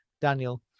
daniel